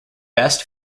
best